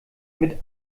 mit